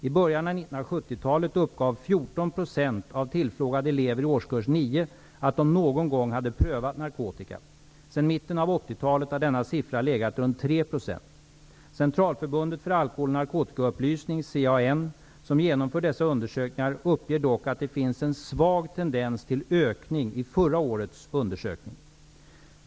I början av 1970-talet uppgav 14 % av tillfrågade elever i årskurs nio att de någon gång hade prövat narkotika. Sedan mitten av 80-talet har denna siffra legat runt 3 %. Centralförbundet för alkohol och narkotikaupplysning, CAN, som genomför dessa undersökningar, uppger dock att det finns en svag tendens till ökning i förra årets undersökning.